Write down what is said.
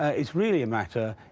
ah it's really a matter,